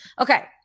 okay